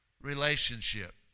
relationship